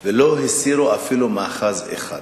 מוחמד ברכה וג'מאל זחאלקה.